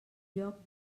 lloc